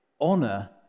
honor